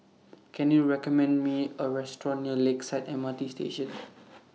Can YOU recommend Me A Restaurant near Lakeside M R T Station